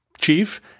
chief